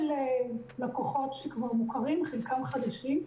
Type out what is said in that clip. כשחלק מהלקוחות מוכרים כבר וחלקם חדשים.